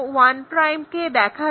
o1 কে দেখা যায় না